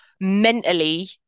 mentally